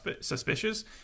suspicious